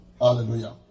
Hallelujah